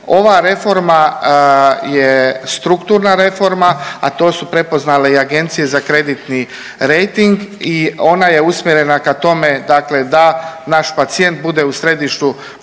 Ova reforma je strukturna reforma, a to su prepoznale i agencije za kreditni rejting i ona je usmjerena ka tome dakle naš pacijent bude u središtu